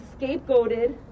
scapegoated